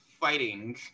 fighting